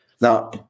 Now